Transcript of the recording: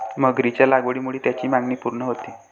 मगरीच्या लागवडीमुळे त्याची मागणी पूर्ण होते